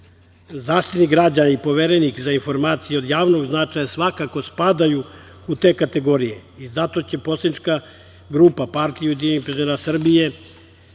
građana i Poverenik za informacije od javnog značaja svakako spadaju u te kategorije i zato će Poslanička grupa PUPS